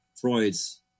Freud's